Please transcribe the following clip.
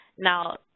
Now